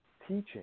teaching